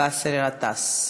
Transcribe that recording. חבר הכנסת באסל גטאס.